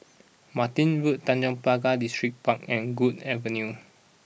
Martin Road Tanjong Pagar Distripark and Guok Avenue